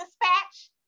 dispatch